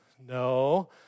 No